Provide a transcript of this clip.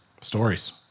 stories